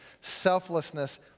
selflessness